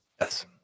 Yes